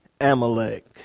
Amalek